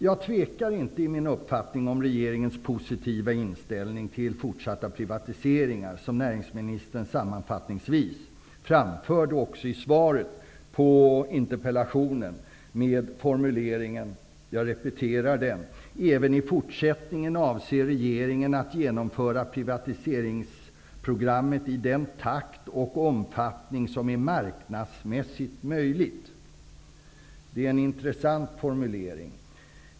Jag tvekar inte i min uppfattning om regeringens positiva inställning till fortsatta privatiseringar, som näringsministern sammanfattningsvis framförde i svaret på interpellationen med formuleringen: ''Även i fortsättningen avser regeringen att genomföra privatiseringsprogrammet i den takt och omfattning som det är marknadsmässigt möjligt.'' Det är en intressant formulering.